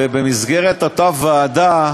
ובמסגרת אותה ועדה